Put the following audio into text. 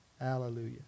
Hallelujah